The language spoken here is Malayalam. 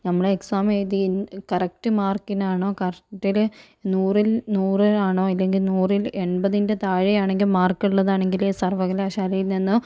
നമ്മളെ എക്സാം എഴുതി കറക്റ്റ് മാർക്കിനാണോ കറക്റ്റിൽ നൂറിൽ നൂറിനാണോ ഇല്ലെങ്കിൽ നൂറിൽ എൺപതിൻ്റെ താഴെയാണെങ്കിൽ മാർക്കുള്ളതാണെങ്കിൽ സർവ്വകലാശാലയിൽ നിന്നും